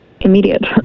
immediate